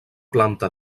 planta